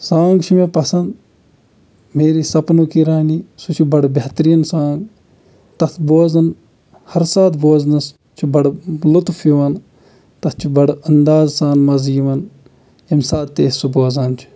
song چھِ مےٚ پَسنٛد میری سپنق رانی سُہ چھُ بَڑٕ بہتریٖن سانٛگ تَتھ بوزن ہر سات بوزنَس چھُ بَڑٕ لُطف یَِن تَتھ چھُ بَڑٕ ادازٕ سان مَزٕ یِوون ییٚمہِ ساتہٕ تہِ أسۍ سُہ بوزان چھِ